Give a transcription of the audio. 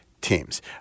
teams